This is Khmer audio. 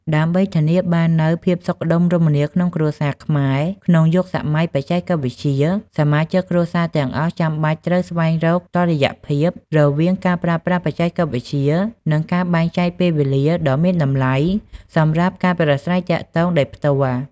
ដើម្បីធានាបាននូវភាពសុខដុមរមនាក្នុងគ្រួសារខ្មែរក្នុងយុគសម័យបច្ចេកវិទ្យា សមាជិកគ្រួសារទាំងអស់ចាំបាច់ត្រូវ ស្វែងរកតុល្យភាព រវាងការប្រើប្រាស់បច្ចេកវិទ្យា និងការបែងចែកពេលវេលាដ៏មានតម្លៃសម្រាប់ការប្រាស្រ័យទាក់ទងដោយផ្ទាល់។